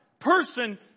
person